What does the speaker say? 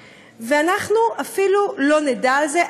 ואנחנו אפילו לא נדע על זה,